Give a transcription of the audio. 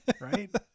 Right